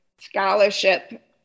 scholarship